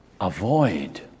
avoid